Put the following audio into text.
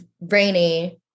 rainy